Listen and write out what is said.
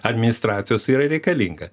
administracijos yra reikalinga